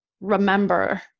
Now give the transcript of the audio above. remember